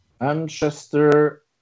Manchester